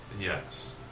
yes